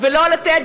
לא לתת,